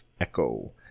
Echo